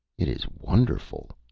it is wonderful!